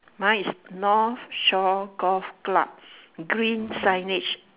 mine is north shore golf club green signage